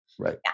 right